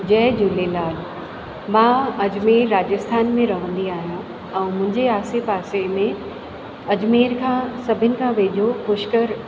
जय झूलेलाल मां अजमेर राजस्थान में रहंदी आहियां ऐं मुंहिंजे आसे पासे में अजमेर खां सभिनि खां वेझो पुष्कर